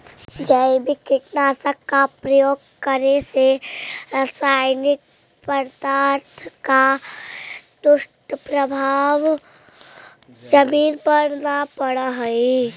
जैविक कीटनाशक का प्रयोग करे से रासायनिक पदार्थों का दुष्प्रभाव जमीन पर न पड़अ हई